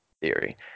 theory